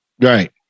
right